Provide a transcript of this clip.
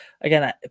again